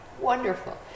Wonderful